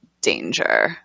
danger